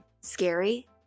Scary